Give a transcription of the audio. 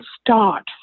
start